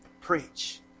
preach